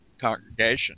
congregation